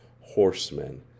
horsemen